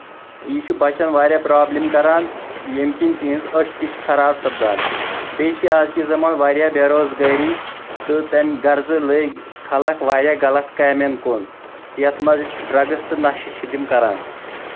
یہِ چھ بَچن واریاہ پروبلِم کران ییٚمہِ کِنۍ تِہنٛز أچھ تہِ چھ خراب سَپدان بیٚیہِ چھ أزۍکِس زَمانَس منٛز واریاہ بیٚروزگٲری تہٕ تَمہِ غرضہٕ لٔگۍ خلق واریاہ غلط کامیٚن کُن یَتھ منٛز ڈرگس تہٕ نَشہٕ چھ تِم کران